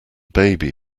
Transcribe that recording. baby